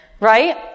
Right